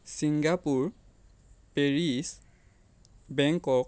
Singapore Paris Bangkok